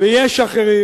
ויש אחרים